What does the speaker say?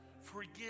Forgive